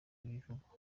bivugwa